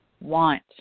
want